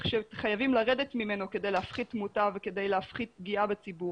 שחייבים לרדת ממנו כדי להפחית תמותה וכדי להפחית פגיעה בציבור.